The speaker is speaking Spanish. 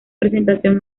presentación